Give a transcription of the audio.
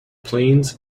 plains